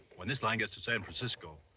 when this line gets to san francisco.